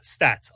Stats